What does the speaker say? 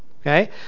Okay